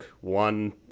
one